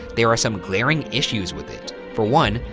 there are some glaring issues with it. for one,